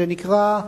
שנקרא: